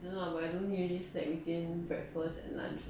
no lah but I don't usually snack between breakfast and lunch